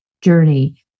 journey